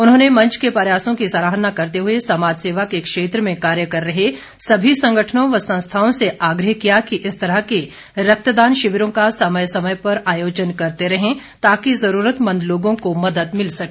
उन्होंने मंच के प्रयासों की सराहना करते हुए समाजसेवा के क्षेत्र में कार्य कर रहे सभी संगठनों व संस्थाओं से आग्रह किया कि इस तरह के रक्तदान शिविरों का समय समय पर आयोजन करते रहें ताकि जरूरतमंद लोगों को मदद मिल सके